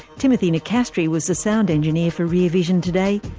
timothy nicastri was the sound engineer for rear vision today.